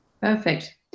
Perfect